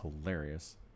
hilarious